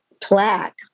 plaque